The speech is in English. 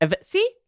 See